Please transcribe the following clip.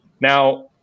Now